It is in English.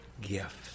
gift